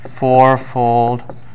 fourfold